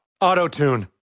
Auto-tune